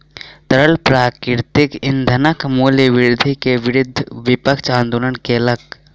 तरल प्राकृतिक ईंधनक मूल्य वृद्धि के विरुद्ध विपक्ष आंदोलन केलक